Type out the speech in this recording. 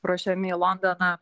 ruošiami į londoną